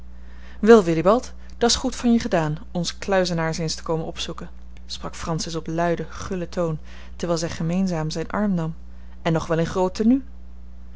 wel willibald dat's goed van je gedaan ons kluizenaars eens te komen opzoeken sprak francis op luiden gullen toon terwijl zij gemeenzaam zijn arm nam en nog wel in groot tenue